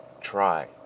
Try